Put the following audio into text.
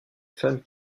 femme